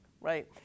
right